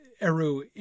Eru